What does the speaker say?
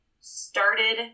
started